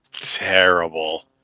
terrible